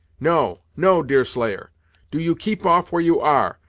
no, no, deerslayer do you keep off where you are,